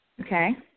Okay